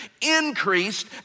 increased